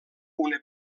una